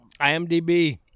IMDb